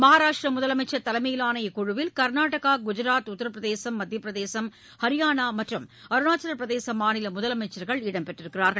மகாராஷ்டிரா முதலமைச்ச் தலைமையிலான இக்குழுவில் கா்நாடகா குஜராத் உத்திரபிரதேசம் மத்தியபிரதேசம் ஹரியானா மற்றும் அருணாச்சவபிரதேசம் மாநில முதலமைச்சர்கள் இடம்பெற்றுள்ளனர்